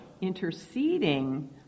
interceding